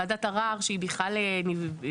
וועדת הערר שהיא בכלל מקצועית,